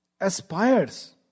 Aspires